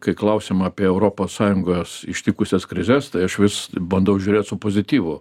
kai klausiama apie europos sąjungos ištikusias krizes tai aš vis bandau žiūrėt su pozityvu